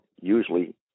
usually